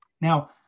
Now